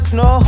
no